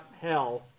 hell